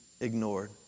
ignored